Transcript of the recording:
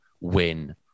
win